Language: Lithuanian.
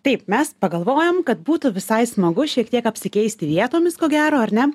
taip mes pagalvojom kad būtų visai smagu šiek tiek apsikeisti vietomis ko gero ar ne